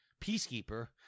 Peacekeeper